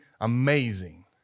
amazing